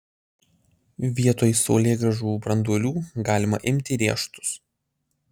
vietoj saulėgrąžų branduolių galima imti riešutus